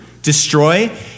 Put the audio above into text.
destroy